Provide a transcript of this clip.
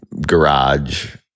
garage